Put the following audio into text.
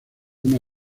una